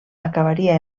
acabaria